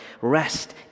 Rest